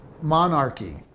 monarchy